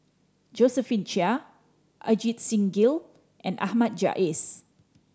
Josephine Chia Ajit Singh Gill and Ahmad Jais